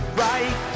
right